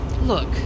Look